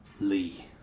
Lee